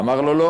אמר ליה, לא.